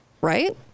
Right